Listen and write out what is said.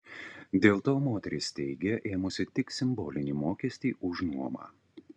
dėl to moteris teigia ėmusi tik simbolinį mokestį už nuomą